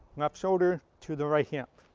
left shoulder to the right hip.